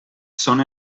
són